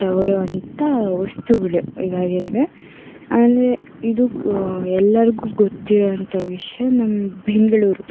ತೊಗೊಳೊವಂತಹ ವಸ್ತುಗಳು ಇವಾಗಿವೆ ಆದರೆ ಇದು ಎಲ್ಲರಿಗೂ ಗೊತ್ತಿರುವಂತಹ ವಿಷಯ ನಮ್ಮ ಬೆಂಗಳೂರು